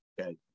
Okay